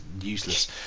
useless